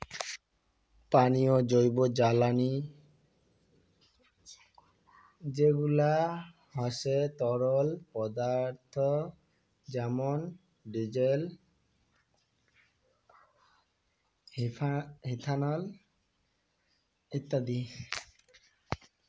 পানীয় জৈবজ্বালানী যেগুলা হসে তরল পদার্থ যেমন ডিজেল, ইথানল ইত্যাদি